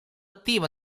attivo